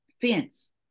fence